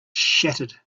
shattered